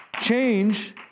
change